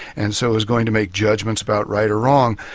and so is going to make judgments about right or wrong,